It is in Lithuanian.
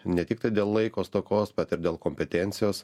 ne tik dėl laiko stokos bet ir dėl kompetencijos